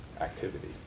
activity